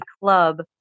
club